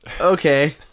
okay